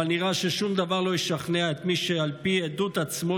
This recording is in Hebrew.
אבל נראה ששום דבר לא ישכנע את מי שעל פי עדות עצמו,